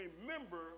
remember